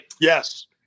yes